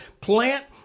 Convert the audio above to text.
plant